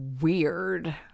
Weird